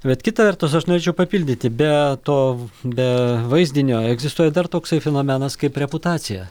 bet kitą vertus aš norėčiau papildyti be to be vaizdinio egzistuoja dar toksai fenomenas kaip reputacija